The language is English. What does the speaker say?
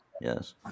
yes